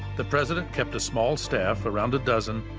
the president kept a small staff, around a dozen,